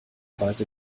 weise